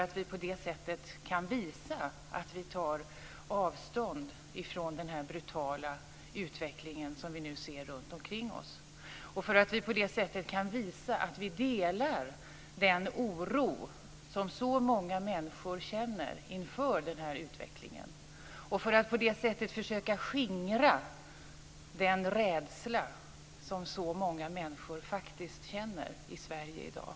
På det sättet kan vi visa att vi tar avstånd från den brutala utveckling som vi nu ser runtomkring oss och visa att vi delar den oro som så många människor känner inför den här utvecklingen. På det sättet kan vi försöka skingra den rädsla som så många människor faktiskt känner i Sverige i dag.